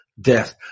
death